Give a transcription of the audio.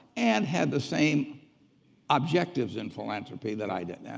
and had the same objectives in philanthropy that i did.